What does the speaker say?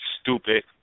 stupid